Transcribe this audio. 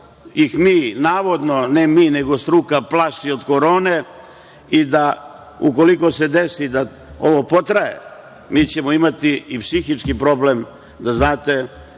ih mi navodno, ne mi, nego struka plaši od korone. Ukoliko se desi da ovo potraje, mi ćemo imati i psihički problem, da znate,